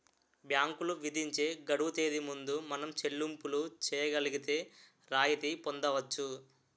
బ్యాంకులు విధించే గడువు తేదీ ముందు మనం చెల్లింపులు చేయగలిగితే రాయితీ పొందవచ్చు